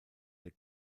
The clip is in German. der